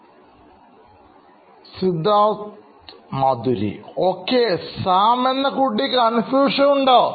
Siddharth Maturi CEO Knoin Electronics okay Sam എന്ന കുട്ടിക്ക്കൺഫ്യൂഷൻ ഉണ്ടോ